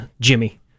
Jimmy